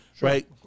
right